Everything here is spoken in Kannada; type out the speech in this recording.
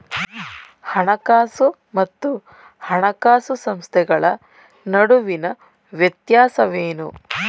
ಹಣಕಾಸು ಮತ್ತು ಹಣಕಾಸು ಸಂಸ್ಥೆಗಳ ನಡುವಿನ ವ್ಯತ್ಯಾಸವೇನು?